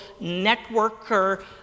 networker